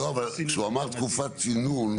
כשהוא אמר תקופת צינון,